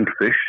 fish